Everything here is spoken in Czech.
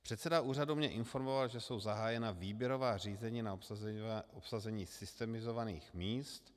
Předseda úřadu mě informoval, že jsou zahájena výběrová řízení na obsazení systemizovaných míst.